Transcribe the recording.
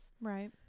Right